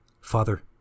Father